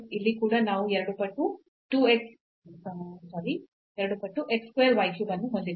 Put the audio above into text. ಇಲ್ಲಿ ಕೂಡ ನಾವು 2 ಪಟ್ಟು x square y cube ಅನ್ನು ಹೊಂದಿದ್ದೇವೆ